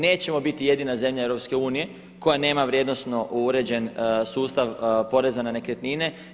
Nećemo biti jedina zemlja EU koja nema vrijednosno uređen sustav poreza na nekretnine.